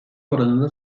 oranında